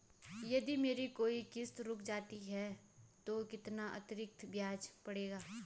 यदि मेरी कोई किश्त रुक जाती है तो कितना अतरिक्त ब्याज पड़ेगा?